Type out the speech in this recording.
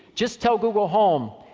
just tell google home,